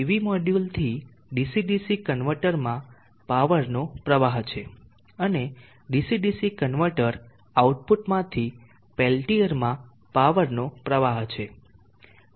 PV module થી DC DC કન્વર્ટરમાં power નો પ્રવાહ છે અને DC DC કન્વર્ટર આઉટપુટમાંથી પેલ્ટીઅરમાં પાવર નો પ્રવાહ છે